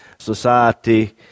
society